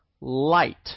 light